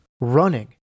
running